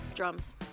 Drums